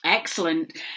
Excellent